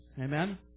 Amen